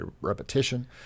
repetition